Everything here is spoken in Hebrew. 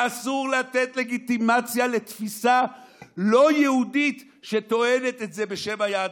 ואסור לתת לגיטימציה לתפיסה לא יהודית שטוענת את זה בשם היהדות.